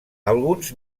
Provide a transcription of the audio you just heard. alguns